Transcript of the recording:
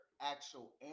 actual